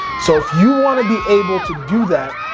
so if you wanna be able to do that,